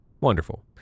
Wonderful